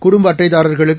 குடும்பஅட்டைதாரர்களுக்கு